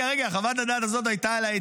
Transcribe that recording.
אגב, חוות הדעת הזאת הייתה של מני